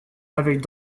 avec